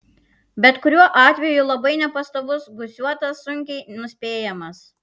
bet kuriuo atveju labai nepastovus gūsiuotas sunkiai nuspėjamas